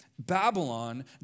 Babylon